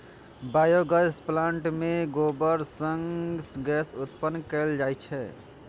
biogas plant मे गोबर सं गैस उत्पन्न कैल जाइ छै